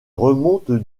remontent